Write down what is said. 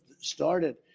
started